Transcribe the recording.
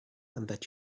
that